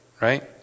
right